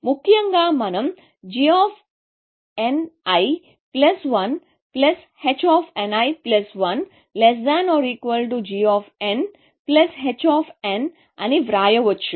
ముఖ్యంగా మనం gnl1 hnl1 g h అని వ్రాయవచ్చు